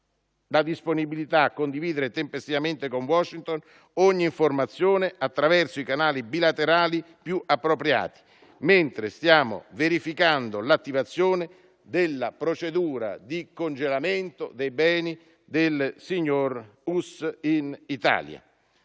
la disponibilità a condividere tempestivamente con Washington ogni informazione attraverso i canali bilaterali più appropriati, mentre stiamo verificando l'attivazione della procedura di congelamento dei beni del signor Uss in Italia.